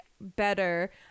better